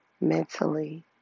mentally